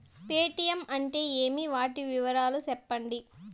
Paytm అంటే ఏమి, వాటి వివరాలు సెప్పండి?